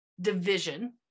division